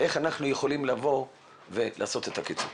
איך יכולים לבוא ולעשות את הקיצוץ.